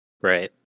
Right